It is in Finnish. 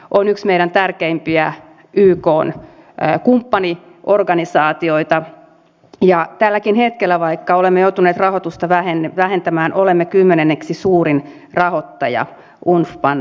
yksi meidän tärkeimpiä ykn kumppaniorganisaatioita ja tälläkin hetkellä vaikka olemme joutuneet rahoitusta vähentämään olemme kymmenenneksi suurin rahoittaja unfpan työssä